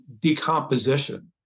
decomposition